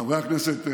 חברי הכנסת,